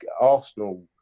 Arsenal